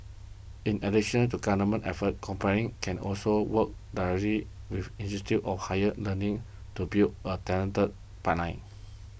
in addition to government efforts companies can also work directly with institutes of higher learning to build a talented pipeline